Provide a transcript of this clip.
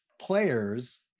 players